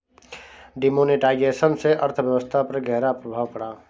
demonetisation से अर्थव्यवस्था पर ग़हरा प्रभाव पड़ा